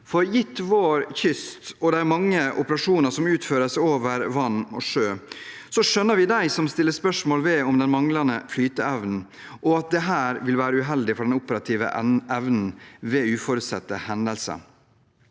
Norge. Gitt vår kyst og de mange operasjonene som utføres over vann og sjø, skjønner vi dem som stiller spørsmål ved den manglende flyteevnen, og at dette vil være uheldig for den operative evnen ved uforutsette hendelser.